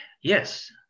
Yes